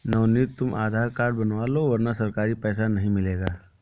नवनीत तुम आधार कार्ड बनवा लो वरना सरकारी पैसा नहीं मिलेगा